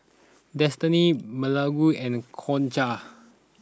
Destini Beaulah and Concha